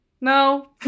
No